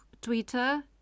Twitter